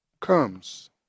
comes